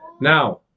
Now